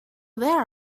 there